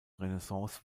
renaissance